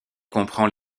comprend